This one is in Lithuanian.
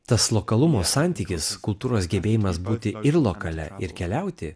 tas lokalumo santykis kultūros gebėjimas būti ir lokalia ir keliauti